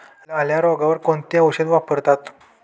लाल्या रोगावर कोणते औषध वापरतात?